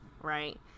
Right